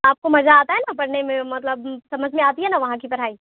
آپ کو مزہ آتا ہے نا پڑھنے میں مطلب سمجھ میں آتی ہے نا وہاں کی پڑھائی